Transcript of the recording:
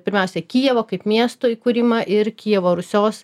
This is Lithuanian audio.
pirmiausia kijevo kaip miesto įkūrimą ir kijevo rusios